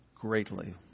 greatly